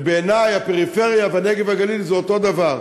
ובעיני, הפריפריה והנגב והגליל הם אותו דבר.